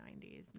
90s